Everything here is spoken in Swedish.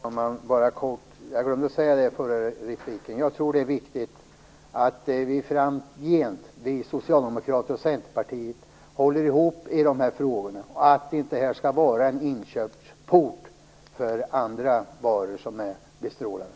Fru talman! I förra repliken glömde jag att säga att jag tror att det är viktigt att vi socialdemokrater och Centerpartiet framgent håller ihop i dessa frågor och inte låter detta bli en inkörsport för andra varor som är bestrålade.